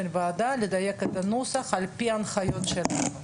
הוועדה לדייק את הנוסח על פי הנחיות שלי.